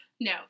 No